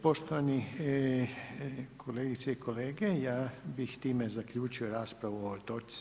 Poštovani kolegice i kolege, ja bih time zaključio raspravu o ovoj točci.